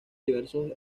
diversos